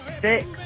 six